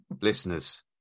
Listeners